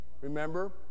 Remember